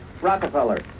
Rockefeller